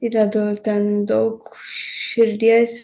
įdedu ten daug širdies